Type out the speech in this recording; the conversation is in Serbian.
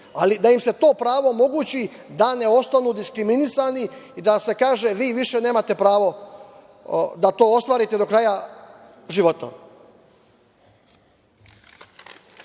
da im se to pravo omogući da ne ostanu diskriminisani i da se kaže, vi više nemate pravo da to ostvarite do kraja života. Peta